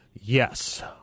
Yes